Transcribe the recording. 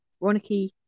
Ronicky